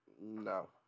No